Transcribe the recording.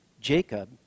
Jacob